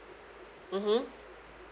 mmhmm